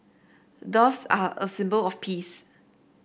doves are a symbol of peace